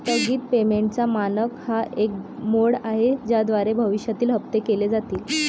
स्थगित पेमेंटचा मानक हा एक मोड आहे ज्याद्वारे भविष्यातील हप्ते केले जातील